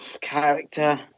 character